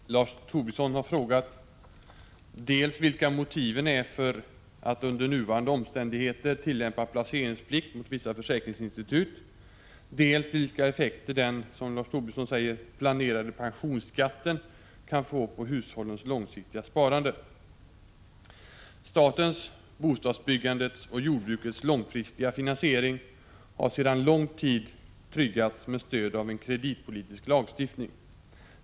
Fru talman! Lars Tobisson har frågat dels vilka motiven är för att under nuvarande omständigheter tillämpa placeringsplikt mot vissa försäkringsinstitut, dels vilka effekter den, som Lars Tobisson säger, ”planerade pensionsskatten” kan få på hushållens långsiktiga sparande. Statens, bostadsbyggandets och jordbrukets långfristiga finansiering har sedan lång tid tryggats med stöd av en kreditpolitisk lagstiftning.